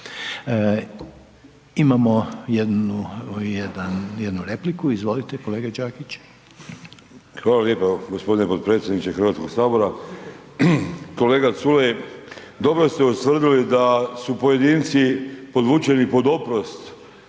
jedan, jednu repliku, izvolite kolega Đakić. **Đakić, Josip (HDZ)** Hvala lijepo gospodine podpredsjedniče Hrvatskog sabora. Kolega Culej dobro ste ustvrdili da su pojedinci podvučeni pod oprost